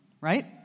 Right